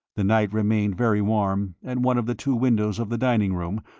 the night remained very warm and one of the two windows of the dining room,